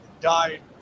died